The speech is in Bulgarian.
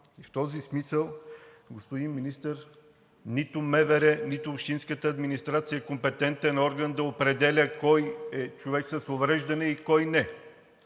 И в този смисъл, господин Министър, нито МВР, нито общинската администрация е компетентен орган да определя кой човек е с увреждане и кой не